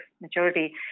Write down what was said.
maturity